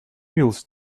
mills